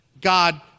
God